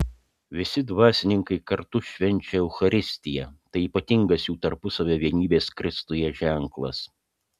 visi dvasininkai kartu švenčia eucharistiją tai ypatingas jų tarpusavio vienybės kristuje ženklas